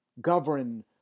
govern